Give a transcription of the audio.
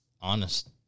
honest